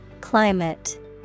Climate